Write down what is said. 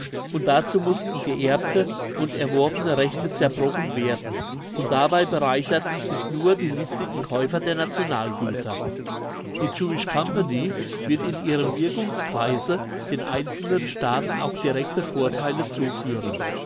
und dazu mussten geerbte und erworbene rechte zerbrochen werden und dabei bereicherten sich nur die listigen käufer der nationalgüter die jewish company wird in ihrem wirkungskreise den einzelnen staaten auch directe vortheile zuführen